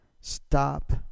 stop